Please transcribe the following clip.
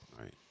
Right